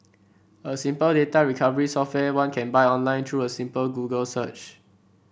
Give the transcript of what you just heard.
a simple data recovery software one can buy online through a simple Google search